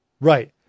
Right